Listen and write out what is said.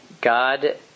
God